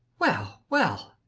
well, well.